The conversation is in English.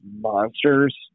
monsters